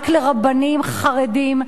רק לרבנים חרדים,